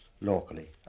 locally